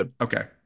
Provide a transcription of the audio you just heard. Okay